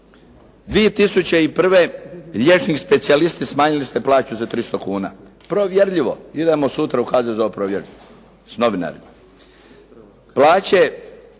2001. liječniku specijalisti smanjili ste plaću za 300 kuna. Provjerljivo, idemo sutra u HZZO provjeriti s novinarima. Plaće